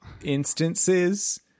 instances